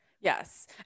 Yes